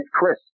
Chris